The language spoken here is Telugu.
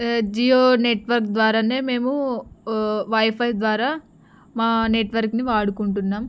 జియో నెట్వర్క్ ద్వారానే మేము వైఫై ద్వారా మా నెట్వర్క్ని వాడుకుంటున్నాము